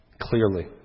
clearly